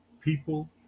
people